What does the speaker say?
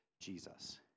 Jesus